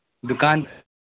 دوکان